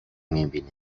میبینی